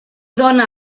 dóna